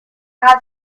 out